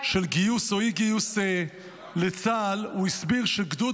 של גיוס או אי-גיוס לצה"ל הוא הסביר שגדוד